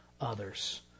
others